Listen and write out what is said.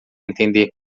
entender